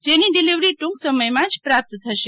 જેની ડીલીવરી ટ્રંક સમયમાં જ પ્રાપ્ત થશે